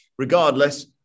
Regardless